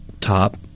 top